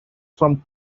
from